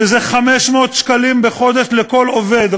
שזה 500 שקלים בחודש לכל עובד.